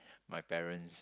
my parents